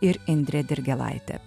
ir indrė dirgėlaitė